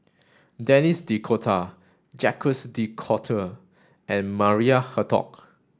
Denis D'Cotta Jacques de Coutre and Maria Hertogh